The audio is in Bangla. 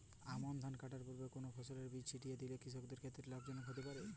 আমন ধান কাটার পূর্বে কোন ফসলের বীজ ছিটিয়ে দিলে কৃষকের ক্ষেত্রে লাভজনক হতে পারে?